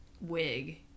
wig